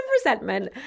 resentment